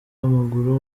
w’amaguru